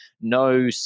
No